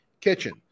kitchen